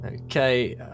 Okay